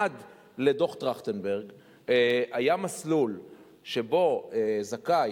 עד לדוח-טרכטנברג היה מסלול שבו זכאי